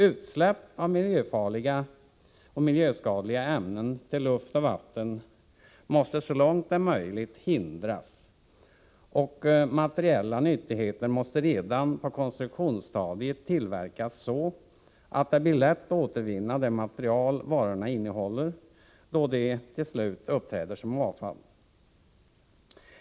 Utsläpp av miljöskadliga ämnen i luft och vatten måste så långt möjligt förhindras. Materiella nyttigheter måste redan på konstruktionsstadiet tillverkas så, att det blir lätt att återvinna de olika slag av material som varorna innehåller när de till slut uppträder som avfall.